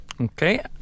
Okay